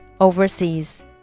overseas